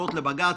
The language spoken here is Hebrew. עתירות לבג"ץ,